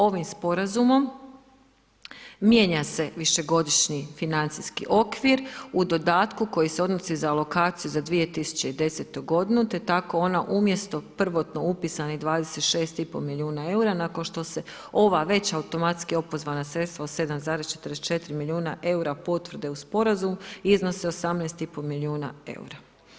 Ovim sporazumom mijenja se višegodišnji financijski okvir u dodatku koji se odnosi na lokaciju za 2010. godinu, te tako ona umjesto prvotno upisanih 26,5 milijuna eura nakon što se ova već automatski opozvana sredstva od 7,44 milijuna eura potvrde u sporazumu iznose 18,5 milijuna eura.